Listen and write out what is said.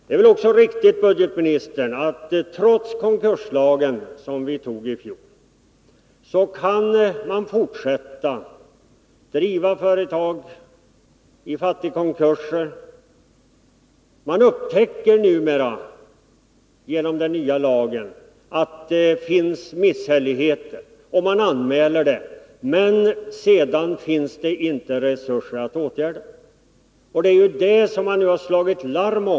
Det är väl även riktigt, herr budgetminister, att trots konkurslagen, som vi antogi fjol, är det fortfarande möjligt att driva företag i fattigkonkurser. Man upptäcker numera, på grund av den nya lagen, att det finns missförhållanden, och man anmäler dem, men sedan finns det inte resurser att åtgärda dem. Det är ju det som man nu har slagit larm om.